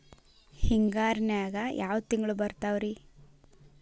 ಹಿಂಗಾರಿನ್ಯಾಗ ಯಾವ ತಿಂಗ್ಳು ಬರ್ತಾವ ರಿ?